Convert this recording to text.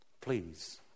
please